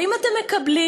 האם אתם מקבלים